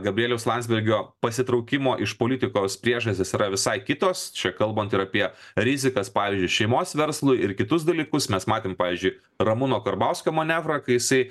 gabrieliaus landsbergio pasitraukimo iš politikos priežastys yra visai kitos čia kalbant ir apie rizikas pavyzdžiui šeimos verslui ir kitus dalykus mes matėm pavyzdžiui ramūno karbauskio manevrą kai jisai